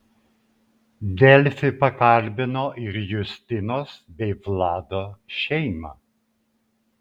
delfi pakalbino ir justinos bei vlado šeimą